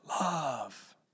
Love